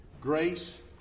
Grace